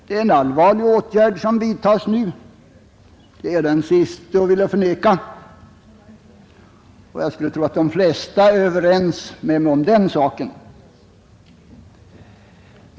Det är en allvarlig åtgärd som vidtas nu — det är jag den siste att vilja förneka, och jag skulle tro att de flesta är överens med mig om den saken.